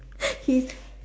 he